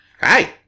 Hi